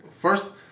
First